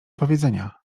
powiedzenia